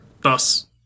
Thus